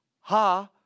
ha